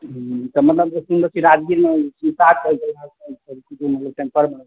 तऽ मतलब राजगीरमे